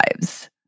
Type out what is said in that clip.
lives